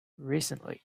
recently